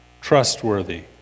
trustworthy